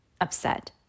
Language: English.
upset